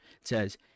Says